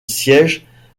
sièges